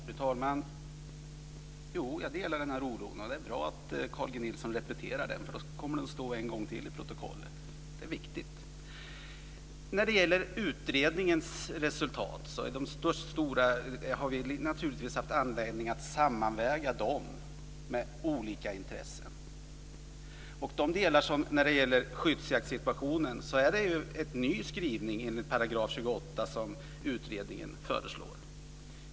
Fru talman! Jag delar den här oron. Det är bra att Carl G Nilsson repeterar detta. Då kommer det att stå en gång till i protokollet. Det är viktigt. Vi har naturligtvis haft anledning att sammanväga utredningens resultat med olika intressen. När det gäller skyddsjakten föreslår utredningen en ny skrivning enligt 28 §.